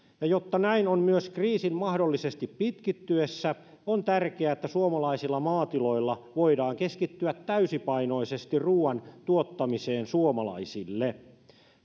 jotta näin on myös kriisin mahdollisesti pitkittyessä on tärkeää että suomalaisilla maatiloilla voidaan keskittyä täysipainoisesti ruuan tuottamiseen suomalaisille